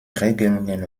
regelungen